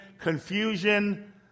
confusion